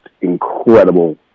incredible